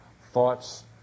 Thoughts